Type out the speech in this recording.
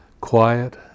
quiet